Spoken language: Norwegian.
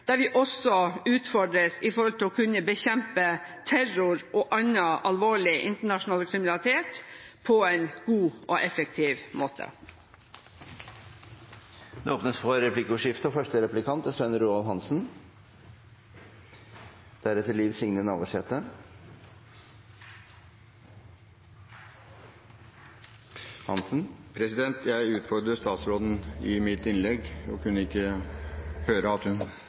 der vi også utfordres med tanke på å bekjempe terror og annen alvorlig internasjonal kriminalitet på en god og effektiv måte. Det blir replikkordskifte. Jeg utfordret statsråden i mitt innlegg og kunne ikke høre at hun